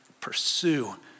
pursue